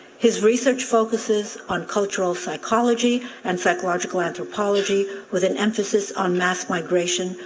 his research focuses on cultural psychology and psychological anthropology with an emphasis on mass migration,